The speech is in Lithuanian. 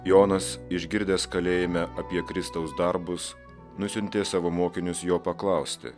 jonas išgirdęs kalėjime apie kristaus darbus nusiuntė savo mokinius jo paklausti